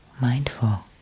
mindful